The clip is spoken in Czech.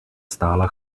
stála